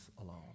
alone